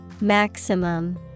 Maximum